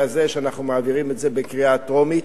הזה שאנחנו מעבירים את זה בקריאה טרומית.